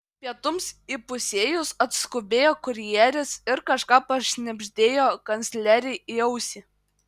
pietums įpusėjus atskubėjo kurjeris ir kažką pašnibždėjo kanclerei į ausį